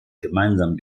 gemeinsam